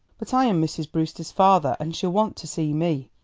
but i am mrs. brewster's father, and she'll want to see me,